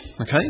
Okay